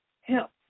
help